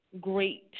great